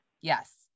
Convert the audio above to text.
Yes